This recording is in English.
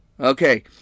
Okay